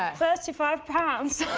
ah thirty five pounds.